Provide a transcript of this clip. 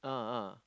ah ah